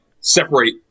separate